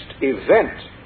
event